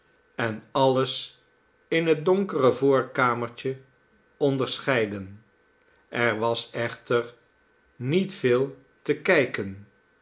en alles in het donkere voorkamertje onderscheiden er was echter niet veel te kijken